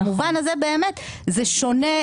במובן הזה באמת זה שונה,